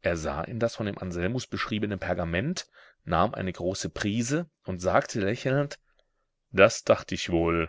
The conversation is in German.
er sah in das von dem anselmus beschriebene pergament nahm eine große prise und sagte lächelnd das dacht ich wohl